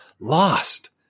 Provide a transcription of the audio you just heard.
lost